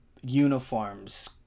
uniforms